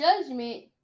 judgment